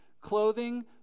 clothing